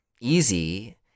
easy